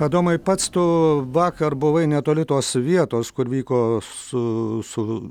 adomai pats tu vakar buvai netoli tos vietos kur vyko su su